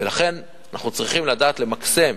ולכן, אנחנו צריכים לדעת למקסם,